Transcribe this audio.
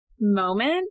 moment